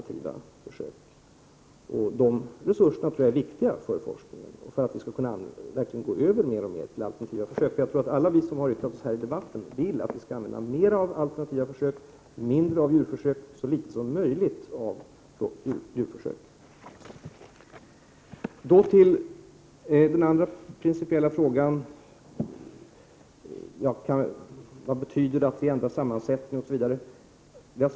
Jag tror att de resurserna är viktiga för forskningen och för att vi verkligen mer och mer skall gå över till alternativa försök. Alla som har yttrat sig här i debatten vill nog att vi skall använda mera alternativa försök och så litet djurförsök som möjligt. Den andra principiella frågan berör t.ex. vad det betyder att vi ändrar sammansättning på nämnden.